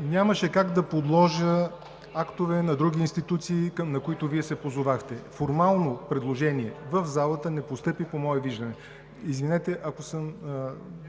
нямаше как да подложа на гласуване актове на други институции, на които Вие се позовахте. Формално предложение в залата не постъпи, по мое виждане. Извинете, ако съм